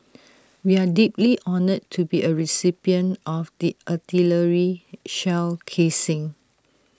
we are deeply honoured to be A recipient of the artillery shell casing